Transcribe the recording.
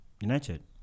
United